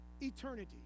eternity